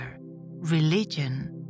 religion